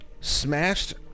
smashed